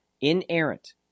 inerrant